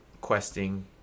questing